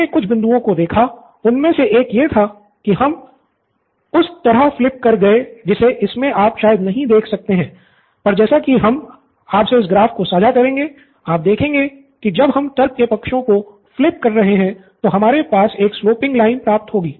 हमने कुछ बिंदुओं को देखा उनमें से एक यह था कि हम उस तरफ फ़्लिप कर गए जिसे इसमे आप शायद नहीं देख सकते हैं पर जैसा कि हम आपसे इस ग्राफ़ को साझा करेंगे आप देखेंगे कि जब हम तर्क के पक्षों को फ़्लिप कर रहे हैं तो हमारे पास एक स्ल्पोइंग लाइन प्राप्त होगी